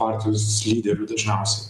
partijos lyderių dažniausiai